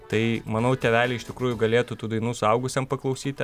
tai manau tėveliai iš tikrųjų galėtų tų dainų suaugusiam paklausyti